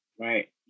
Right